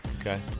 Okay